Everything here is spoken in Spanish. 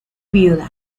viuda